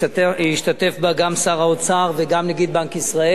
והשתתפו בה גם שר האוצר וגם נגיד בנק ישראל,